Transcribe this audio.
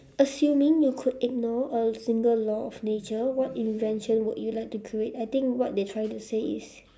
assuming you could ignore a single law of nature what invention would you like to create I think what they trying to say is